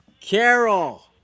Carol